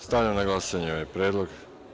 Stavljam na glasanje ovaj Predlog.